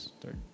third